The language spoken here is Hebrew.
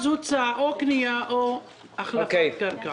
אז הוצע: או קנייה או החלפת קרקעות.